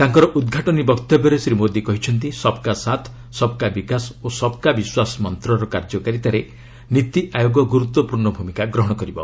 ତାଙ୍କର ଉଦ୍ଘାଟନୀ ବକ୍ତବ୍ୟରେ ଶ୍ରୀ ମୋଦୀ କହିଛନ୍ତି ସବ୍ କା ସାଥ୍ ସବ୍ କା ବିକାଶ ଓ ସବ୍କା ବିଶ୍ୱାସ ମନ୍ତର କାର୍ଯ୍ୟକାରିତାରେ ନୀତି ଆୟୋଗ ଗୁରୁତ୍ୱପୂର୍୍ଷ ଭୂମିକା ଗ୍ରହଣ କରିବ